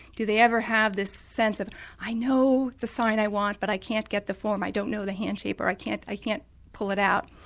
do they ever have this sense of i know the sign i want but i can't get the form, i don't know the hand shape, i can't i can't pull it out'.